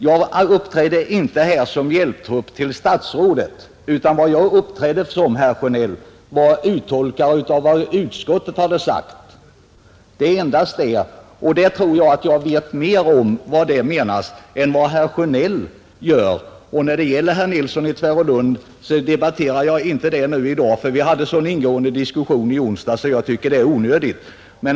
Jag uppträder emellertid inte, herr Sjönell, som hjälptrupp till statsrådet utan som uttolkare av vad utskottet har skrivit. Jag tror att jag vet mer om vad utskottet menar än vad herr Sjönell gör. Jag ämnar inte ta upp någon debatt med herr Nilsson i Tvärålund i dag; vi hade en så ingående diskussion i onsdags att jag tycker det är onödigt.